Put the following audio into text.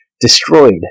Destroyed